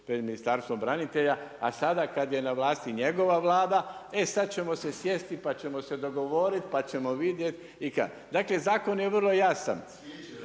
pred Ministarstvom branitelja, a sada kada je na vlasti njegova Vlada, e sad ćemo si sjesti pa ćemo se dogovoriti, pa ćemo vidjeti. Zakon je vrlo jasan,